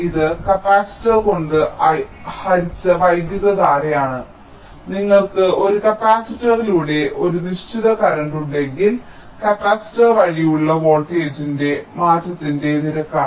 ഇത് കപ്പാസിറ്റർ കൊണ്ട് ഹരിച്ച വൈദ്യുതധാരയാണ് നിങ്ങൾക്ക് ഒരു കപ്പാസിറ്ററിലൂടെ ഒരു നിശ്ചിത കറന്റ് ഉണ്ടെങ്കിൽ കപ്പാസിറ്റർ വഴിയുള്ള കറന്റ് വോൾട്ടേജിന്റെ മാറ്റത്തിന്റെ നിരക്കാണ്